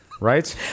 right